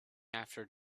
after